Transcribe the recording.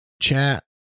chat